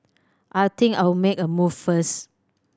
I think I'll make a move first